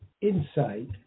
insight